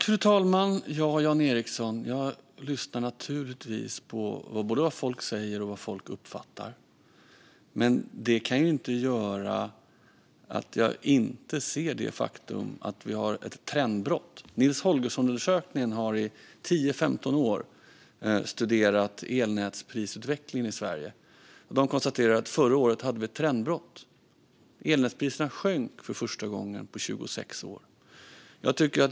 Fru talman! Jag lyssnar givetvis både på vad folk säger och uppfattar, Jan Ericson. Men det gör inte att jag inte ser det faktum att vi har ett trendbrott. Nils Holgersson-undersökningen har i 10-15 år studerat elnätsprisutvecklingen i Sverige, och den konstaterar att vi förra året hade ett trendbrott. Elnätspriserna sjönk för första gången på 26 år.